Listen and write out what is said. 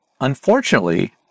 unfortunately